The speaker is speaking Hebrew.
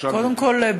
קודם כול,